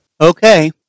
Okay